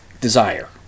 desire